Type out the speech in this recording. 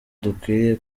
dukwiriye